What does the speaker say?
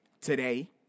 today